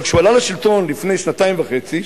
אבל כשהוא עלה לשלטון לפני שנתיים וחצי,